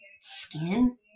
skin